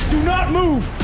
not move!